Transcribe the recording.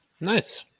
Nice